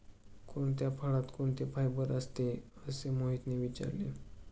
कोणत्या फळात कोणते फायबर असते? असे मोहितने विचारले